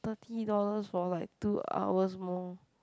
thirty dollars for like two hours more